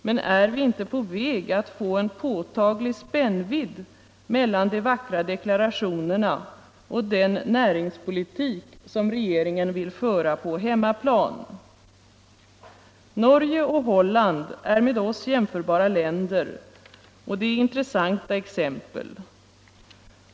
Men är vi inte på väg att få en påtaglig spännvidd mellan de vackra deklarationerna och den näringspolitik som regeringen vill föra på hemmaplan? Norge och Holland är med Sverige jämförbara länder och de är intressanta exempel.